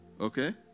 Okay